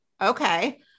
Okay